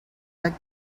but